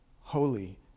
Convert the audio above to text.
holy